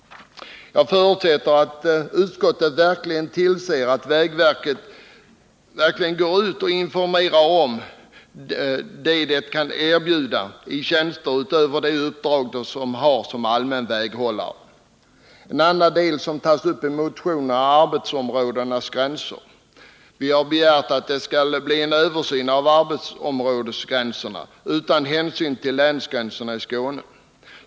Jag förutsätter att utskottet ser till att vägverket verkligen går ut och informerar om att verket kan erbjuda tjänster utöver de uppdrag som det har som allmän väghållare. En annan del som tas upp i motionen är arbetsområdenas gränser. Vi har begärt att det skall bli en översyn av arbetsområdesgränserna utan hänsyn till länsgränserna i Skåne.